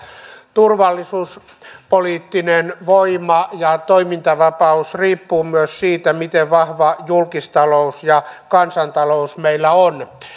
turvallisuuspoliittinen voima ja toimintavapaus riippuvat myös siitä miten vahva julkistalous ja kansantalous meillä on